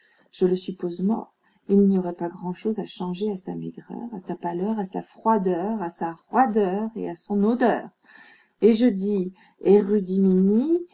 je le suppose mort il n'y aurait pas grand'chose à changer à sa maigreur à sa pâleur à sa froideur à sa roideur et à son odeur et je dis